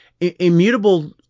Immutable